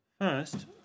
First